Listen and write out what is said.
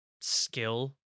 skill